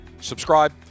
Subscribe